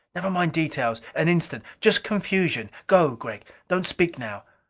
never mind details! an instant just confusion. go, gregg don't speak now!